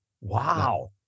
Wow